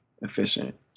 efficient